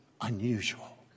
unusual